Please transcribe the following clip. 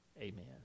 amen